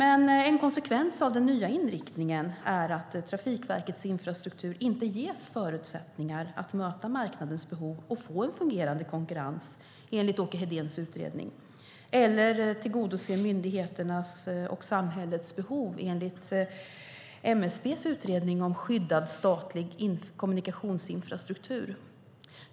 En konsekvens av den nya inriktningen är att Trafikverkets infrastruktur inte ges förutsättningar att möta marknadens behov och få en fungerande konkurrens enligt Åke Hedéns utredning eller tillgodose myndigheternas och samhällets behov enligt MSB:s utredning om skyddad statlig kommunikationsinfrastruktur.